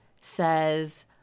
says